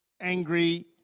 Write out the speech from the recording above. angry